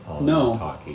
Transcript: No